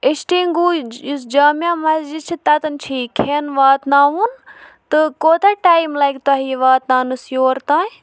ایشٹینگوٗ یُس جامع مسجِد چھِ تَتیٚن چھِ یہِ کھٮ۪ن واتناوُن تہٕ کوٗتاہ ٹایِم لَگہِ تۄہہِ یہِ واتناونَس یور تانۍ